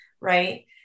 right